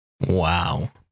Wow